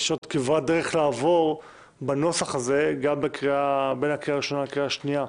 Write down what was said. יש עוד כברת דרך לעבור בנוסח הזה גם בין הקריאה הראשונה לקריאה השנייה.